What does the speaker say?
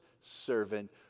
servant